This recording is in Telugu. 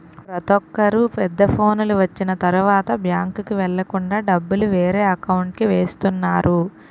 ప్రతొక్కరు పెద్ద ఫోనులు వచ్చిన తరువాత బ్యాంకుకి వెళ్ళకుండా డబ్బులు వేరే అకౌంట్కి వేస్తున్నారు